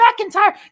McIntyre